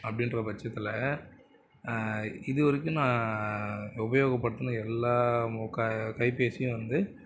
அப்படிகிற பட்சத்தில் இதுவரைக்கும் நான் உபயோகப்படுத்தின எல்லா கைபேசியும் வந்து